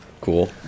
Cool